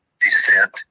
descent